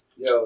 yo